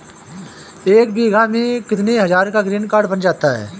एक बीघा में कितनी हज़ार का ग्रीनकार्ड बन जाता है?